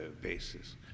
basis